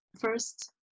first